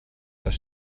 das